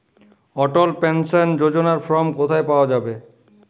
অটল pension যোজনার form কোথায় পাওয়া যাবে?